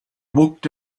walked